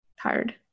tired